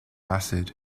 acid